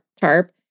tarp